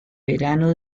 verano